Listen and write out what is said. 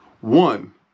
One